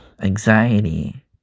anxiety